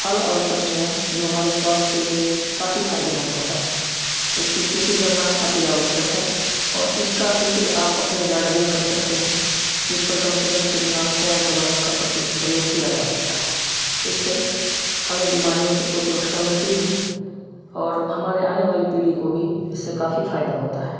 फल और सब्जियाँ जो हमारे स्वास्थ्य के लिए काफ़ी फायदेमंद होता है इसकी खेती करना अति आवश्यक है और इसका खेती आप अपने गार्डन में कर सकते हैं जिस पर कम से कम कीटनाशकों और दवाइयों का प्रयोग किया जा सकता है इससे हमें बीमारियों से तो सुरक्षा मिलती है और हमारे आने वाली पीढ़ी को भी इससे काफ़ी फायदा होता है